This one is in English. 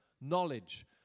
knowledge